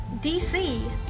dc